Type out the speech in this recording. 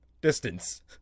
Distance